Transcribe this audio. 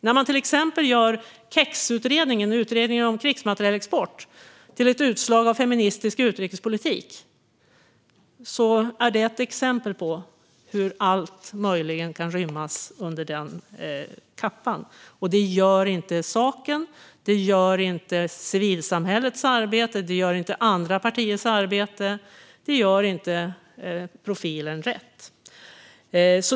När man till exempel gör KEX-utredningen, utredningen om krigsmaterielexport, till ett utslag av feministisk utrikespolitik är det ett exempel på hur allt möjligen kan rymmas under den kappan. Det gör inte saken, civilsamhällets, andra partiers arbete och profilen rätt.